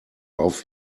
auf